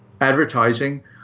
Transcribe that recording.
advertising